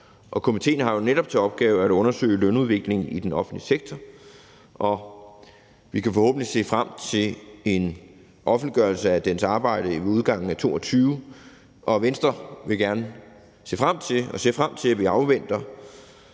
komitéen har jo netop til opgave at undersøge lønudviklingen i den offentlige sektor. Vi kan forhåbentlig se frem til en offentliggørelse af dens arbejde ved udgangen af 2022. Venstre ser frem til og afventer